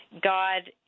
God